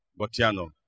Botiano